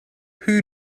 who